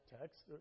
text